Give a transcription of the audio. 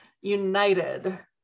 United